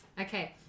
Okay